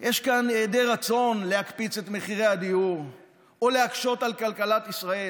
יש כאן היעדר רצון להקפיץ את מחירי הדיור או להקשות על כלכלת ישראל,